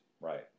right